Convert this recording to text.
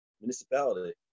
municipality